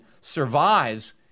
survives